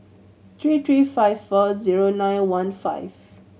tree tree five four zero nine one five